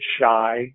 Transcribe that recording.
shy